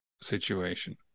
situation